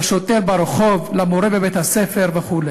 לשוטר ברחוב, למורה בבית-הספר וכו'.